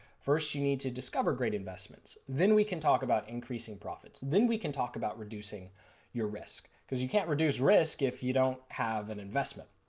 first you need to discover great investments, then we can talk about increasing profits. then we can talk about reducing your risk because you cannot reduce risk if you don't have an investment.